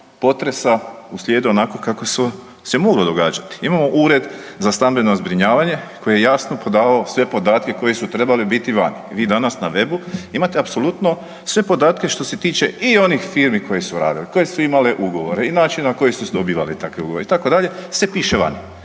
potresa u slijedu onako kako se moglo događati. Imamo Ured za stambeno zbrinjavanje koje je jasno davao sve podatke koji su trebali biti vani i vi danas na webu imate apsolutno sve podatke što se tiče i onih firmi koje su radile, koje su imale ugovore i način na koji su dobivale takve ugovore itd., sve piše vani.